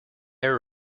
are